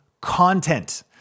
content